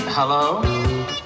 Hello